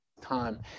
time